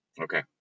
Okay